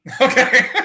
Okay